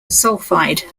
sulfide